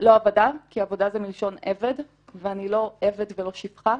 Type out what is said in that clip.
לא עבודה כי עבודה זה מלשון עבד ואני לא עבד ולא שפחה,